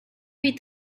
read